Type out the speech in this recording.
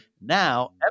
now